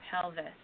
pelvis